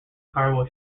cargo